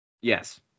Yes